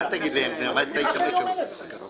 רק אני אומר את זה.